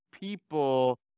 people